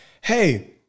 Hey